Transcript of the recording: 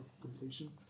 completion